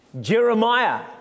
Jeremiah